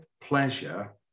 pleasure